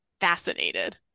fascinated